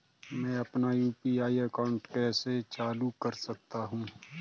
मैं अपना UPI account कैसे चालू कर सकता हूँ?